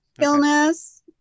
illness